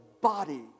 body